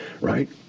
right